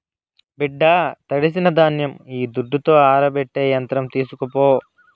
బిడ్డా తడిసిన ధాన్యం ఈ దుడ్డుతో ఆరబెట్టే యంత్రం తీస్కోపో